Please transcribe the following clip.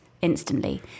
instantly